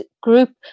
group